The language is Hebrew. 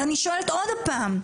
אז אני שואלת עוד פעם,